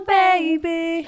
baby